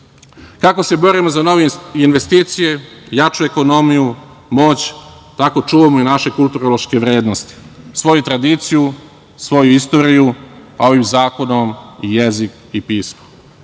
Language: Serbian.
Kako se borimo za nove investicije, jaču ekonomiju, moć, tako čuvamo i naše kulturološke vrednosti, svoju tradiciju, svoju istoriju, a ovim zakonom i jezik i pismo. Srpska